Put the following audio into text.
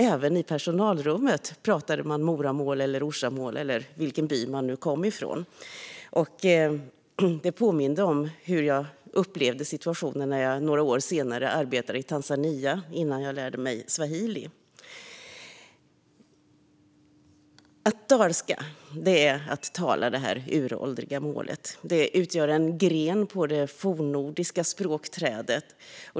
Även i personalrummet pratade man Moramål, Orsamål och så vidare beroende på vilken by man kom från. Det påminde mig om hur jag upplevde situationen när jag några år senare arbetade i Tanzania innan jag lärde mig swahili. Att dalska, det är att tala detta uråldriga mål. Det utgör en gren på det fornnordiska språkträdet.